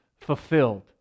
fulfilled